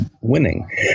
winning